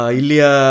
ilya